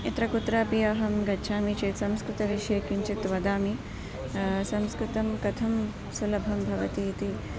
यत्र कुत्रापि अहं गच्छामि चेत् संस्कृतविषये किञ्चित् वदामि संस्कृतं कथं सुलभं भवति इति